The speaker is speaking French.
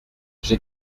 j’ai